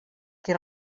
qui